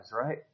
right